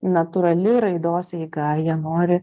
natūrali raidos eiga jie nori